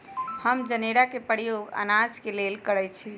हम जनेरा के प्रयोग अनाज के लेल करइछि